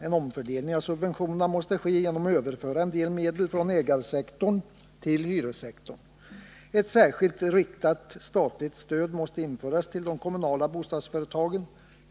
En omfördelning av subventionerna måste ske genom att man överför en del medel från ägarsektorn till hyressektorn. Ett särskilt riktat statligt stöd måste införas till de kommunala bostadsföretagen.